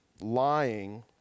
lying